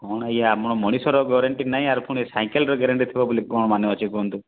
କ'ଣ ଆଜ୍ଞା ଆମ ମଣିଷର ୱାରେଣ୍ଟି ନାହିଁ ୟାର ପୁଣି ସାଇକେଲର ଗ୍ୟାରେଣ୍ଟି ଥିବ ବୋଲି କ'ଣ ମାନେ ଅଛି କୁହନ୍ତୁ